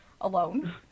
alone